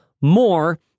more